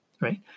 Right